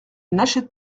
n’achètent